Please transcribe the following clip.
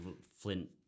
flint